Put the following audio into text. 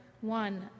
one